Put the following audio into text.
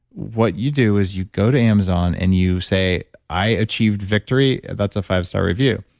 what you do is you go to amazon and you say, i achieved victory. that's a five-star review.